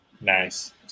Nice